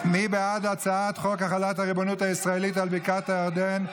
מי בעד הצעת חוק החלת הריבונות הישראלית על בקעת הירדן,